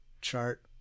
chart